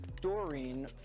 Doreen